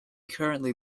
currently